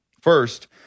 First